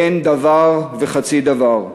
אין דבר וחצי דבר.